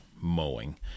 mowing